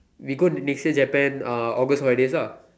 we go next year Japan uh August holidays ah